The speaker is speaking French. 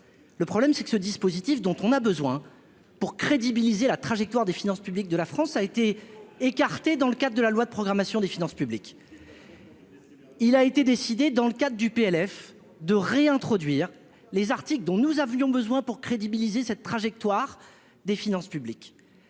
le problème, c'est que ce dispositif dont on a besoin pour crédibiliser la trajectoire des finances publiques de la France, a été écartée, dans le cadre de la loi de programmation des finances publiques, il a été décidé dans le cadre du PLF 2 réintroduire les articles dont nous avions besoin pour crédibiliser cette trajectoire des finances publiques